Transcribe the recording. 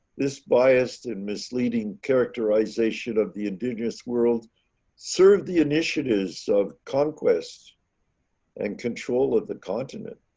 this biased and misleading characterization of the indigenous world serve the initiatives of conquest and control of the continent.